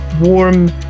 warm